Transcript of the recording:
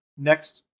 Next